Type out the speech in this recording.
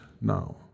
now